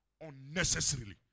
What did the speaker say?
unnecessarily